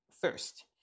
first